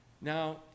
Now